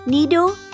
Needle